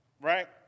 right